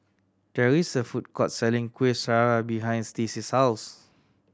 there is a food court selling Kueh Syara behind Stacy's house